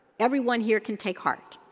everyone here can take heart.